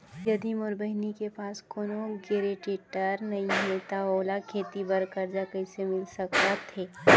यदि मोर बहिनी के पास कोनो गरेंटेटर नई हे त ओला खेती बर कर्जा कईसे मिल सकत हे?